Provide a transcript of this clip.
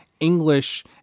english